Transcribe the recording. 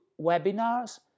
webinars